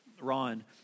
Ron